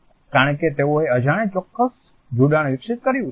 કારણ કે તેઓએ અજાણે ચોક્ક્સ જોડાણ વિકસિત કર્યું છે